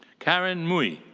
karen mui.